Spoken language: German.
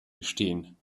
gestehen